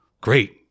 Great